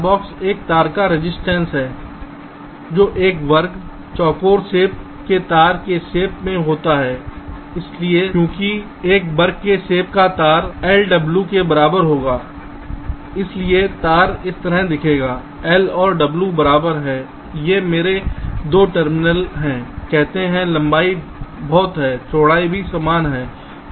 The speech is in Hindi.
R⧠ एक तार का रजिस्टेंस है जो एक वर्ग चौकोर शेप के तार के शेप में होता है क्योंकि एक वर्ग के शेप का तार l w के बराबर होगा इसलिए तार इस तरह दिखेगा l और w बराबर हैं ये मेरे 2 टर्मिनल हैं कहते हैं लंबाई बहुत है चौड़ाई भी समान है